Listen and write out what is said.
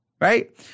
right